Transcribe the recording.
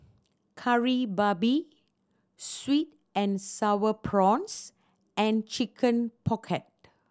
Kari Babi sweet and Sour Prawns and Chicken Pocket